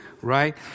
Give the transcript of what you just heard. right